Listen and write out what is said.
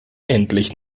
endlich